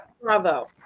bravo